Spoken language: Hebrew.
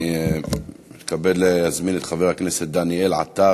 אני מתכבד להזמין את חבר הכנסת דניאל עטר,